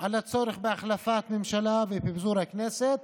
על הצורך בהחלפת ממשלה ובפיזור הכנסת,